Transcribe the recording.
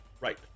Right